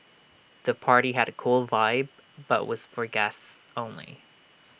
the party had A cool vibe but was for guests only